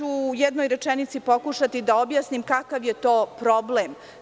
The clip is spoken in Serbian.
U jednoj rečenici ću pokušati da objasnim kakav je to problem.